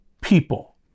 people